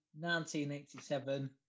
1987